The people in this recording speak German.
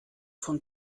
von